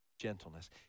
Gentleness